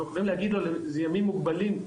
אנחנו יכולים להגיד לו לימים מוגבלים,